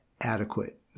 adequate